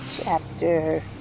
chapter